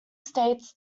states